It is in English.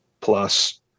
plus